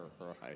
right